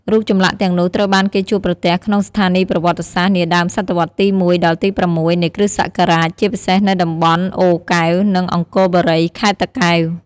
រូបចម្លាក់ទាំងនោះត្រូវបានគេជួបប្រទះក្នុងស្ថានីយ៍ប្រវត្តិសាស្ត្រនាដើមសតវត្សរ៍ទី១ ដល់ទី៦ នៃគ្រិស្តសករាជ ជាពិសេសនៅតំបន់អូរកែវ និងអង្គរបុរី ខេត្តតាកែវ។